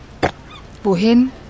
Wohin